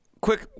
quick